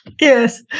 Yes